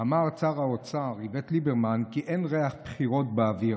אמר צר האוצר איווט ליברמן כי אין ריח בחירות באוויר,